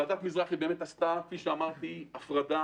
ועדת מזרחי עשתה הפרדה